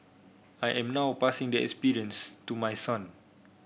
I am now passing the experience to my son